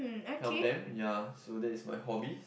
help them ya so that is my hobbies